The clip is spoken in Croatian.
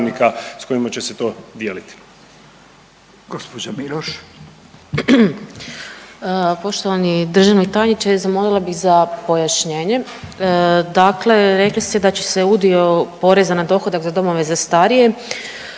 s kojima će se to dijeliti.